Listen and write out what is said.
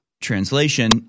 Translation